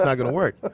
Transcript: and i can work